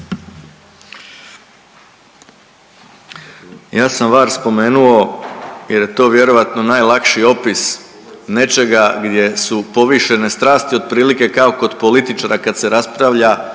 Ja sam var spomenuo jer je to vjerojatno najlakši opis nečega gdje su povišene strasti otprilike kao kod političara kad se raspravlja